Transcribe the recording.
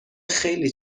خیلی